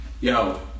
Yo